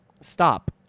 stop